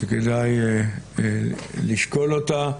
שכדאי לשקול אותה.